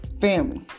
Family